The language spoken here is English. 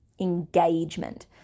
engagement